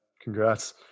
congrats